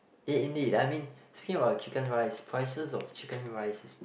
eh indeed I mean speaking about Chicken Rice prices of Chicken Rice is been